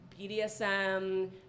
BDSM